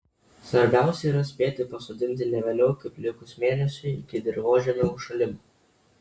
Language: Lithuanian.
svarbiausia yra spėti pasodinti ne vėliau kaip likus mėnesiui iki dirvožemio užšalimo